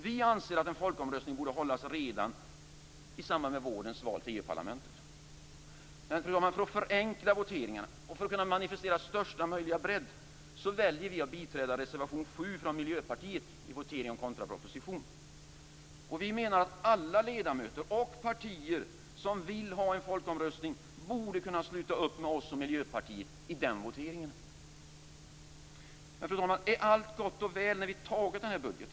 Vi anser att en folkomröstning borde hållas redan i samband med vårens val till EU-parlamentet. Men för att förenkla voteringarna och för att kunna manifestera största möjliga bredd väljer vi att biträda reservation 7 från Miljöpartiet i voteringen om kontraproposition. Vi menar att alla ledamöter och partier som vill ha en folkomröstning borde kunna sluta upp bakom oss och Miljöpartiet i den voteringen. Fru talman! Är då allt gott och väl när vi har antagit denna budget?